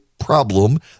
problem